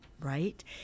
right